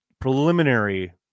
preliminary